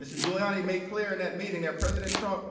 mr giuliani made clear in that meeting that president trump